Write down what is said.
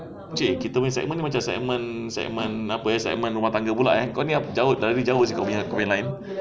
K kita punya segment macam segment segment apa segment rumah tangga pula eh kau ni jauh-jauh seh dari kau punya line